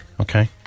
Okay